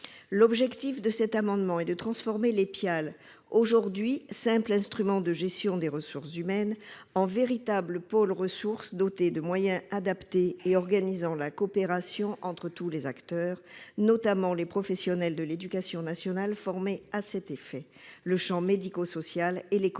L'objectif est de transformer les PIAL, aujourd'hui simples instruments de gestion des ressources humaines, en véritables pôles ressource, dotés de moyens adaptés et organisant la coopération entre tous les acteurs, notamment les professionnels de l'éducation nationale formés à cet effet, le champ médico-social et les